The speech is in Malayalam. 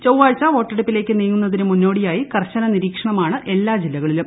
ചൊവ്വാഴ്ച വോട്ടെടുപ്പിലേക്ക് നീങ്ങുന്നതിന് മുന്നോടിയായി കർശന നിരീക്ഷണമാണ് എല്ലാ ജില്ലകളിലും